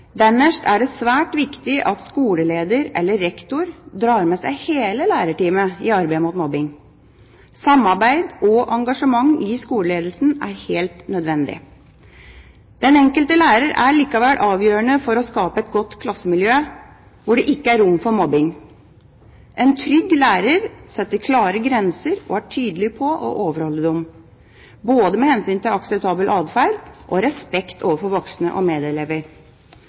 er det svært viktig at skoleleder eller rektor drar med seg hele lærerteamet i arbeidet mot mobbing. Samarbeid og engasjement i skoleledelsen er helt nødvendig. Den enkelte lærer er likevel avgjørende for å skape et godt klassemiljø hvor det ikke er rom for mobbing. En trygg lærer setter klare grenser og er tydelig på å overholde dem, både med hensyn til akseptabel atferd og respekt overfor voksne og medelever.